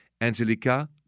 Angelica